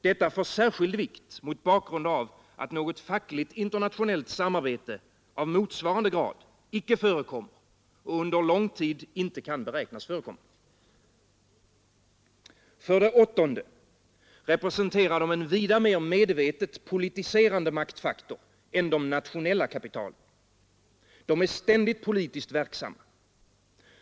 Detta får ild vikt mot bakgrund av att något fackligt internationellt samarbete av motsvarande grad inte förekommer och under lång tid inte kan beräknas förekomma. För det åttonde representerar de en vida mer medvetet politiserande maktfaktor än de nationella kapitalen. De är ständigt politiskt verksamma.